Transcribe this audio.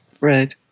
right